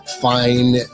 fine